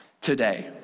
today